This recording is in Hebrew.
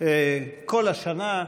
כל השנה,